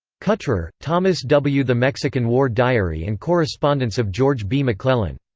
cutrer, thomas w. the mexican war diary and correspondence of george b. mcclellan.